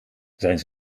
zijn